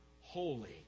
holy